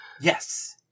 Yes